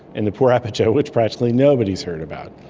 and the purepecha, which practically nobody has heard about.